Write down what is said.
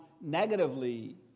negatively